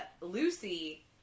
Lucy